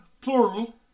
Plural